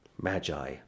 Magi